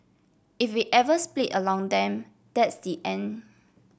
if we ever split along them that's the end